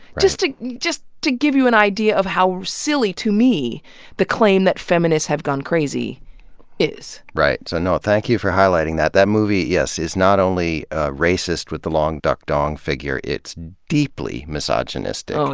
just to just to give you an idea of how silly to me the claim that feminists have gone crazy is. right. so thank you for highlighting that. that movie, yes, is not only racist, with the long duk dong figure, it's deeply misogynistic,